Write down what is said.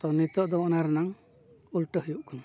ᱛᱚ ᱱᱤᱛᱳᱜ ᱫᱚ ᱚᱱᱟ ᱨᱮᱱᱟᱜ ᱩᱞᱴᱟᱹ ᱦᱩᱭᱩᱜ ᱠᱟᱱᱟ